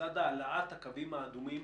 בצד הנעת הקווים האדומים